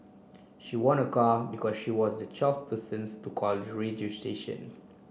she won a car because she was the twelfth persons to call the radio station